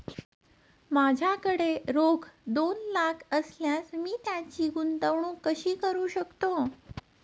माझ्याकडे रोख दोन लाख असल्यास मी त्याची गुंतवणूक कशी करू शकतो?